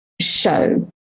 show